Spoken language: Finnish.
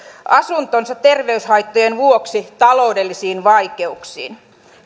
asuntonsa terveyshaittojen vuoksi taloudellisiin vaikeuksiin